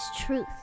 truth